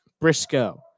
Briscoe